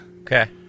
Okay